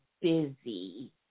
busy